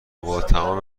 باتمام